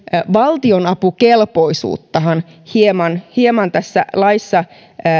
valtioapukelpoisuuttahan tulevaisuudessa hieman tässä laissa